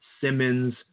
Simmons